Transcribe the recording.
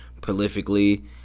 prolifically